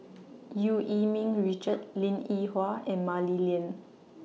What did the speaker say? EU Yee Ming Richard Linn in Hua and Mah Li Lian